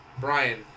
Brian